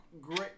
great